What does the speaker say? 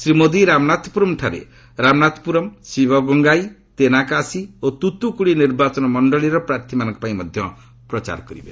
ଶ୍ରୀ ମୋଦି ରାମନାଥପୁରମ୍ଠାରେ ରାମନାଥପୁରମ୍ ଶିବଗଙ୍ଗାଇ ତେନାକାସି ଓ ତୁତୁକୁଡ଼ି ନିର୍ବାଚନ ମଣ୍ଡଳୀର ପ୍ରାର୍ଥୀମାନଙ୍କ ପାଇଁ ମଧ୍ୟ ପ୍ରଚାର କରିବେ